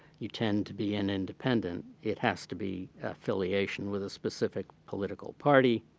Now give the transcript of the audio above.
you tend to be an independent, it has to be affiliation with a specific political party.